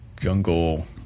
Jungle